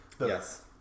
Yes